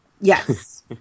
Yes